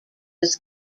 was